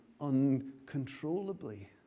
uncontrollably